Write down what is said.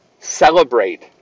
celebrate